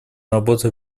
работы